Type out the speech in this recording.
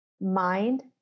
mind